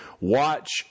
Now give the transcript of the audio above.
Watch